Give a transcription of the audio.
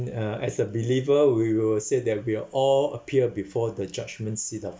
uh as a believer we will say that we'll all appear before the judgment seat of